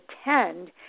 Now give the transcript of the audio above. attend